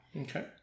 Okay